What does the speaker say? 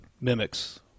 mimics